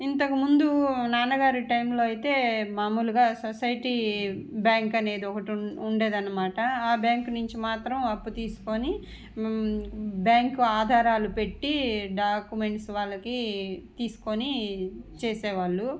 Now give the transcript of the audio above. ఇంతకు ముందు నాన్నగారి టైంలో అయితే మామూలుగా సొసైటీ బ్యాంక్ అనేది ఒకటి ఉండేది అన్నమాట ఆ బ్యాంకు నుంచి మాత్రం అప్పు తీసుకొని బ్యాంక్ ఆధారాలు పెట్టి డాక్యుమెంట్స్ వాళ్ళకి తీసుకొని చేసేవాళ్ళు